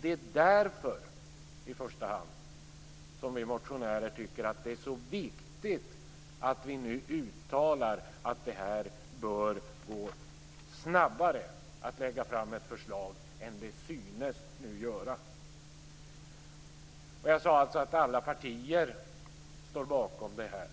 Det är i första hand därför som vi motionärer tycker att det är så viktigt att vi nu uttalar att det bör gå snabbare att lägga fram ett förslag än det synes nu göra. Jag sade alltså att alla partier i Heby står bakom förslaget.